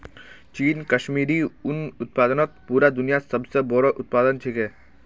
चीन कश्मीरी उन उत्पादनत पूरा दुन्यात सब स बोरो उत्पादक छिके